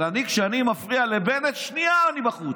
אבל אני, כשאני מפריע לבנט, שנייה ואני בחוץ.